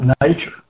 nature